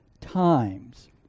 times